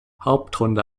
hauptrunde